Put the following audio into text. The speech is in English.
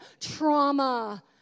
trauma